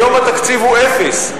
היום התקציב הוא אפס.